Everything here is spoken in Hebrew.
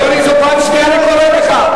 אדוני, זו פעם שנייה שאני קורא אותך.